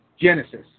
Genesis